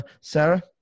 Sarah